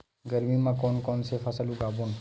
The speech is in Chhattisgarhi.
गरमी मा कोन कौन से फसल उगाबोन?